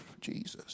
Jesus